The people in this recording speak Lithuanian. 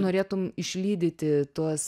norėtum išlydyti tuos